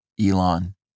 Elon